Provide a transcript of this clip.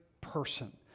person